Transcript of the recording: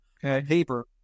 paper